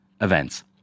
events